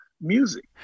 music